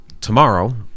tomorrow